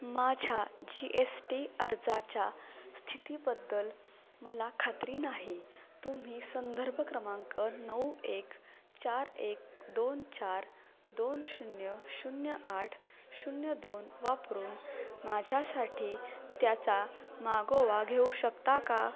माझ्या G S T अर्जाच्या स्थितीबद्दल मला खात्री नाही तुम्ही संदर्भ क्रमांक नऊ एक चार एक दोन चार दोन शून्य शून्य आठ शून्य दोन वापरून माझ्यासाठी त्याचा मागोवा घेऊ शकता का